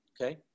Okay